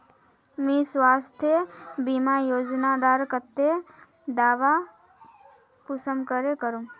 मुई स्वास्थ्य बीमा योजना डार केते दावा कुंसम करे करूम?